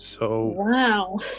Wow